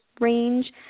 range